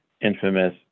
infamous